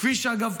כפי שאגב,